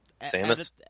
Samus